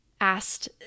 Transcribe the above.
asked